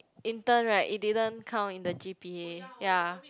intern right it did't count in the G_P_A ya